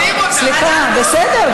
סליחה, בסדר.